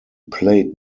played